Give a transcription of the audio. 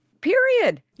Period